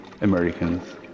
Americans